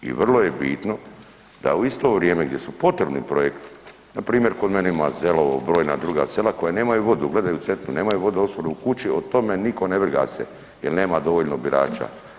I vrlo je bitno da u isto vrijeme gdje su potrebni projekti, npr. kod mene ima Zelovo brojna druga sela koja nemaju vodu, gledaju u Cetinu nemaju vodoopskrbu u kući, o tome niko nebriga se jer nema dovoljno birača.